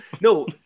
No